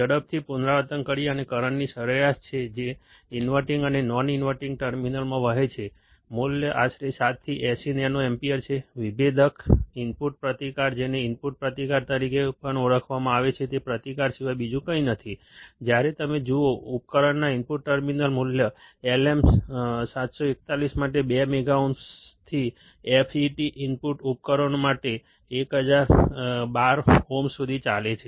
ઝડપથી પુનરાવર્તન કરીએ તે કરંટની સરેરાશ છે જે ઇન્વર્ટીંગ અને નોન ઇન્વર્ટીંગ ટર્મિનલમાં વહે છે મૂલ્ય આશરે 7 થી 80 નેનો એમ્પીયર છે વિભેદક ઇનપુટ પ્રતિકાર જેને ઇનપુટ પ્રતિકાર તરીકે પણ ઓળખવામાં આવે છે તે પ્રતિકાર સિવાય બીજું કંઈ નથી જ્યારે તમે જુઓ ઉપકરણના ઇનપુટ ટર્મિનલ્સ મૂલ્ય LM741 માટે 2 મેગા ઓહ્મથી FET ઇનપુટ ઉપકરણો માટે 1012 ઓહ્મ સુધી ચાલે છે